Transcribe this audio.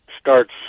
starts